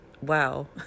wow